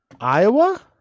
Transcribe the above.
Iowa